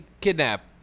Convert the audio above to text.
kidnap